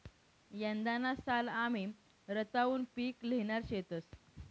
यंदाना साल आमी रताउनं पिक ल्हेणार शेतंस